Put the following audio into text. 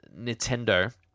Nintendo